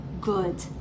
good